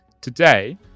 Today